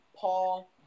Paul